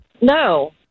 No